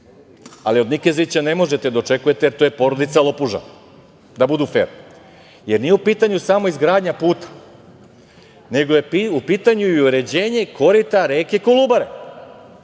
ali od Nikezića ne možete da očekujete, jer to je porodica lopuža, da budu fer. Jer, nije u pitanju samo izgradnja puta, nego je u pitanju i uređenje korita reke Kolubare